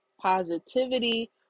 positivity